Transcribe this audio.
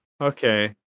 Okay